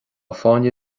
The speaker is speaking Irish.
fáinne